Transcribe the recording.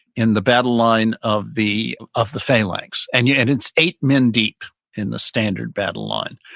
in the battle line of the of the phalanx and yeah and it's eight men deep in the standard battle line.